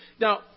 now